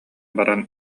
баран